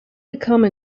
become